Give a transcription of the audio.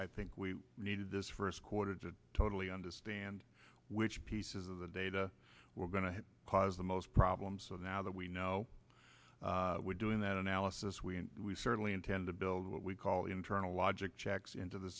i think we needed this first quarter to totally understand which pieces of the data were going to cause the most problems so now that we know we're doing that analysis we certainly intend to build what we call internal logic checks into the